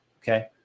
okay